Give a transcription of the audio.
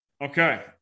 Okay